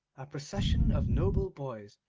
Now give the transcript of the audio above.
a procession of noble boys,